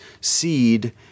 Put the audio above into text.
seed